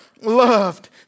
loved